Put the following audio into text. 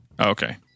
Okay